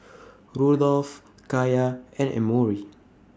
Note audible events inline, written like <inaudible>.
<noise> Rudolph Kaiya and Emory